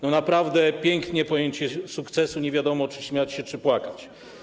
No naprawdę piękne pojęcie sukcesu - nie wiadomo, czy śmiać się czy płakać.